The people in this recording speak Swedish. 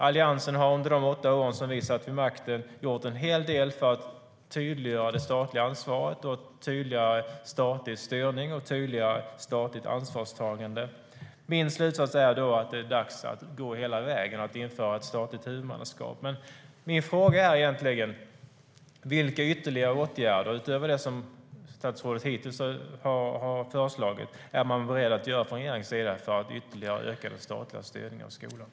Alliansen har under de åtta år som vi satt vid makten gjort en hel del för att tydliggöra det statliga ansvaret, tydliggöra statlig styrning och tydliggöra statligt ansvarstagande. Min slutsats är att det är dags att gå hela vägen och införa ett statligt huvudmannaskap.